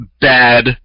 bad